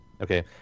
okay